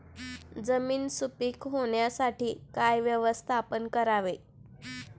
जमीन सुपीक होण्यासाठी काय व्यवस्थापन करावे?